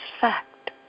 fact